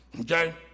Okay